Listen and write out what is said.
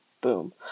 Boom